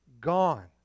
gone